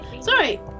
Sorry